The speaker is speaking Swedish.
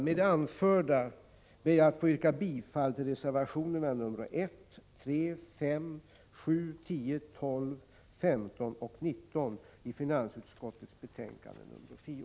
Med det anförda ber jag att få yrka bifall till reservationerna nr 1,3, 5, 7, 10, 12, 15 och 19 i finansutskottets betänkande nr 10.